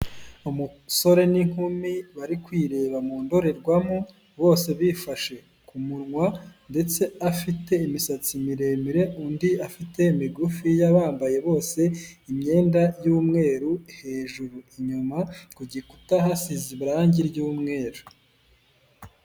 Umusore n'inkumi bari kwireba mu ndorerwamo, bose bifashe ku munwa ndetse afite imisatsi miremire, undi afite migufiya, bambaye bose imyenda y'umweru hejuru, inyuma ku gikuta hasize irangi ry'umweru.